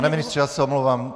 Pane ministře, já se omlouvám.